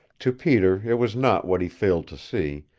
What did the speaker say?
to peter it was not what he failed to see,